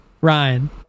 Ryan